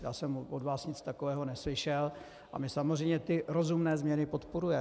Já jsem od vás nic takového neslyšel a my samozřejmě ty rozumné změny podporujeme.